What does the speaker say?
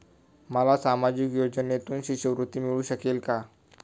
मला सामाजिक योजनेतून शिष्यवृत्ती मिळू शकेल का?